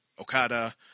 Okada